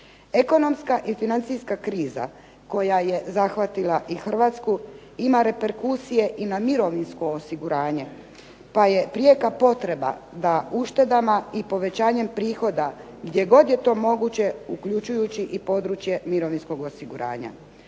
Ekonomska i financijska kriza koja je zahvatila i Hrvatsku ima reperkusije i na mirovinsko osiguranje, pa je prijeka potreba da uštedama i povećanjem prihoda gdje god je to moguće, uključujući i područje mirovinskog osiguranja.